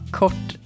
kort